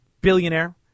billionaire